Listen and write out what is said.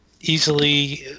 easily